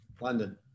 London